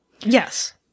Yes